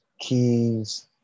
keys